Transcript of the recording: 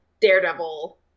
Daredevil